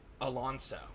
Alonso